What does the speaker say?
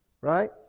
Right